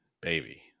baby